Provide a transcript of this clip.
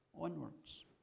onwards